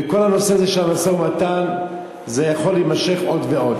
וכל הנושא הזה של המשא-ומתן יכול להימשך עוד ועוד.